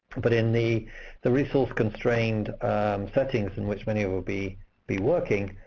but in the the resource-constrained settings in which many will be be working,